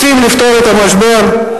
רוצים לפתור את המשבר,